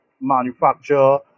manufacture